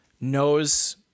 knows